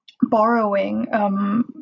borrowing